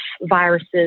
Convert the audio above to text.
viruses